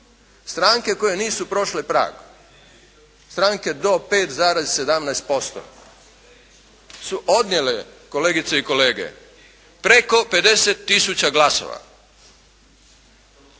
Stranke koje nisu prošle prag, stranke do 5,17% su odnijele kolegice i kolege preko 50 tisuća glasova.